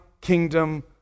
kingdom